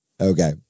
Okay